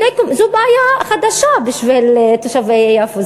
זו בעיה חדשה בשביל תושבי יפו,